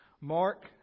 Mark